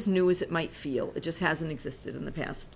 as new is it might feel it just hasn't existed in the past